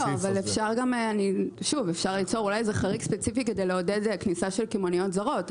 אפשר לכתוב חריג ספציפי כדי לעודד כניסה של קמעונאיות זרות,